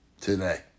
today